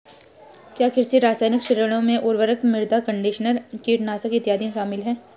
क्या कृषि रसायन श्रेणियों में उर्वरक, मृदा कंडीशनर, कीटनाशक इत्यादि शामिल हैं?